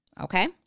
Okay